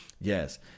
Yes